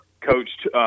coached